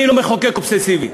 אני לא מחוקק אובססיבי.